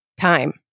time